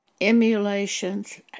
emulations